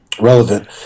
Relevant